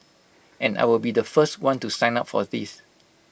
and I will be the first one to sign up for these